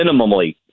minimally